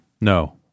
no